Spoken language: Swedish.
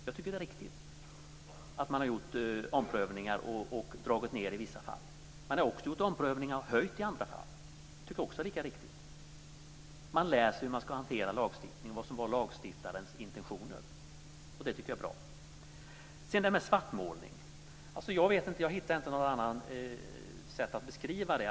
Jag tycker att det är riktigt att man har gjort omprövningar och dragit ned i vissa fall. Man har också gjort omprövningar och höjt i vissa fall. Det tycker jag också är lika riktigt. Man lär sig hur man ska hantera lagstiftningen och vad som var lagstiftarens intentioner. Det tycker jag är bra. Sedan till svartmålningen. Jag hittar inte något annat sätt att beskriva det.